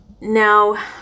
Now